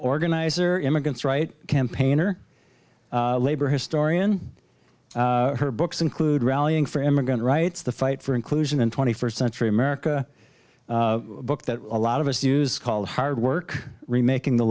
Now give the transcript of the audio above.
organizer immigrants right campaigner labor historian her books include rallying for immigrant rights the fight for inclusion and twenty first century america book that a lot of us use called hard work remaking the